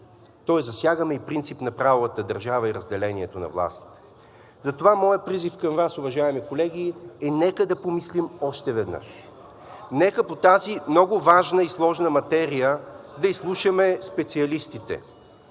тоест засягаме и принцип на правовата държава и разделението на властите. Затова моят призив към Вас, уважаеми колеги, е нека да помислим още веднъж, нека по тази много важна и сложна материя да изслушаме специалистите,